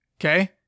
okay